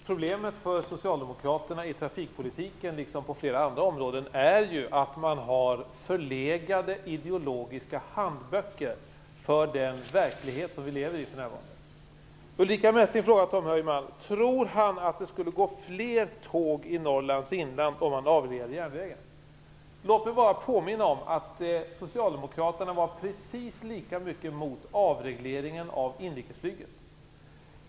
Fru talman! Problemet för socialdemokraterna i trafikpolitiken liksom på flera andra områden är att man har förlegade ideologiska handböcker för den verklighet vi lever i för närvarande. Ulrica Messing frågar Tom Heyman om han tror att det skulle gå fler tåg i Norrlands inland om man avreglerade järnvägen. Låt mig bara påminna om att socialdemokraterna var precis lika mycket mot avregleringen av inrikesflyget.